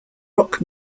rock